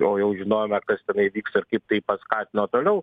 o jau žinojome kas tenai vyksta ir kaip tai paskatino toliau